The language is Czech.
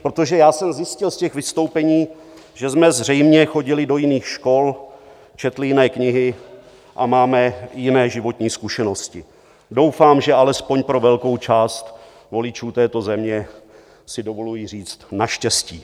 Protože já jsem zjistil z těch vystoupení, že jsme zřejmě chodili do jiných škol, četli jiné knihy a máme jiné životní zkušenosti doufám, že alespoň pro velkou část voličů této země si dovoluji říct naštěstí.